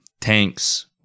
tanks